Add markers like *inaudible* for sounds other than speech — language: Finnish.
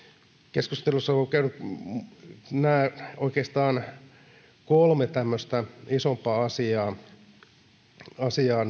keskustelussa ovat tulleet esille oikeastaan nämä kolme tämmöistä isompaa asiaa asiaa *unintelligible*